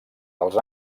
dels